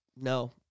No